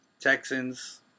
Texans